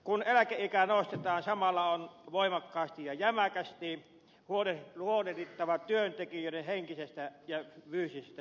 kun eläkeikää nostetaan samalla on voimakkaasti ja jämäkästi huolehdittava työntekijöiden henkisestä ja fyysisestä hyvinvoinnista